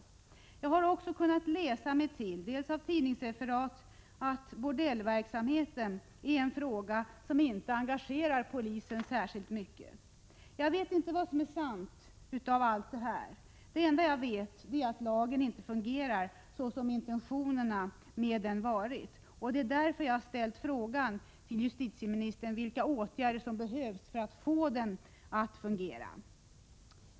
Jag har också kunnat läsa mig till av tidningsreferat att bordellverksamheten är en fråga som inte engagerar polisen särskilt mycket. Jag vet inte vad som är sant av allt detta. Det enda jag vet är att lagen inte fungerar i enlighet med intentionerna. Det är därför som jag ställt frågan till justitieministern om vilka åtgärder som behövs för att få den att fungera.